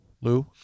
Lou